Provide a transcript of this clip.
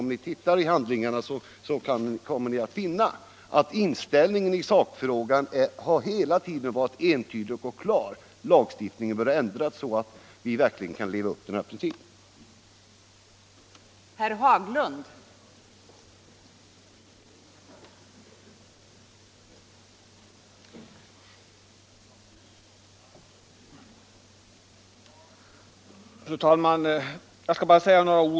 Om man läser i handlingarna finner man att uppfattningen 1 sakfrågan hela tiden har varit entydig och klar: Lagstiftningen bör ändras så att vi kan leva upp till våra principer i detta sammanhang.